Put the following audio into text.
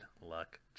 luck